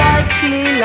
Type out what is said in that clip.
Likely